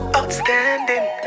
Outstanding